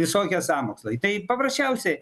visokie sąmokslai tai paprasčiausiai